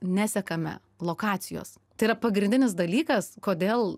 nesekame lokacijos tai yra pagrindinis dalykas kodėl